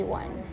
one